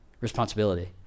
responsibility